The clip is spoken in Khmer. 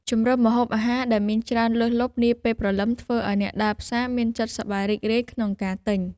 ជម្រើសម្ហូបអាហារដែលមានច្រើនលើសលប់នាពេលព្រលឹមធ្វើឱ្យអ្នកដើរផ្សារមានចិត្តសប្បាយរីករាយក្នុងការទិញ។